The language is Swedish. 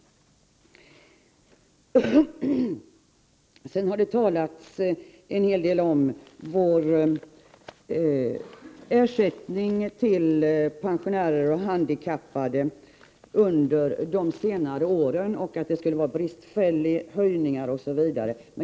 Det har talats en hel del om vår ersättning till pensionärer och handikappade under de senare åren. Det har sagts att det skulle vara bristfälliga höjningar osv.